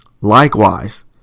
Likewise